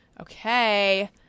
Okay